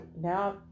now